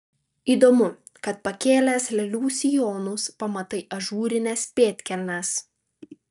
įdomu kad pakėlęs lėlių sijonus pamatai ažūrines pėdkelnes